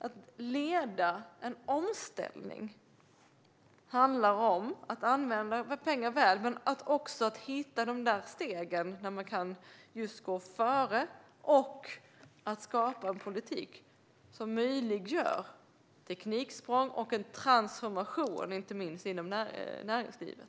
Att leda en omställning handlar om att använda våra pengar väl men också om att hitta de där stegen som gör att man kan gå före och skapa en politik som möjliggör tekniksprång och en transformation, inte minst inom näringslivet.